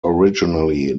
originally